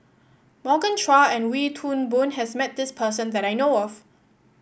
Morgan Chua and Wee Toon Boon has met this person that I know of